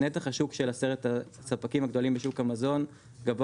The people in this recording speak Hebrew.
נתח השוק של עשרת הספקים הגדולים בשוק המזון גבוה